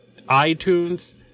iTunes